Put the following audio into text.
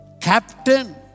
captain